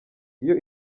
iyo